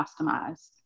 customized